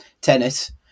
tennis